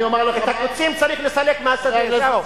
את הקוצים צריך לסלק מהשדה, זהו.